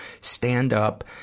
stand-up